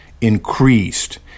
increased